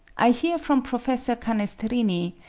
i hear from professor canestrini,